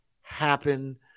happen